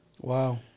Wow